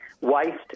waste